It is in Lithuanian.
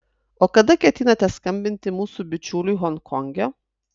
o kada ketinate skambinti mūsų bičiuliui honkonge